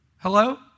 Hello